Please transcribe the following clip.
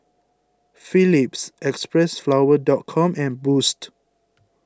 Phillips Xpressflower dot com and Boost